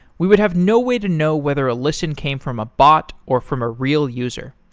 we would have no way to know whether a listen came from a bot, or from a real user.